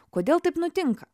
kodėl taip nutinka